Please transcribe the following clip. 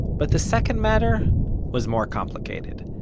but the second matter was more complicated.